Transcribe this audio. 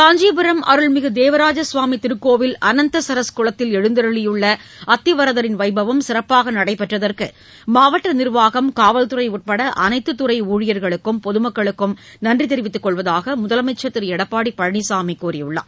காஞ்சிபுரம் அருள்மிகு தேவராஜ ஸ்வாமி திருக்கோயில் அனந்தசரஸ் குளத்தில் எழுந்தருளியுள்ள அத்திவரதரின் வைபவம் சிறப்பாக நடைபெற்றதற்கு மாவட்ட நிர்வாகம் காவல்துறை உட்பட அளைத்து துறை ஊழியர்களுக்கும் பொதுமக்களுக்கும் நன்றி தெரிவித்துக் கொள்வதாக முதலமைச்சர் திரு எடப்பாடி பழனிசாமி கூறியிருக்கிறார்